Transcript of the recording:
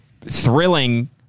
thrilling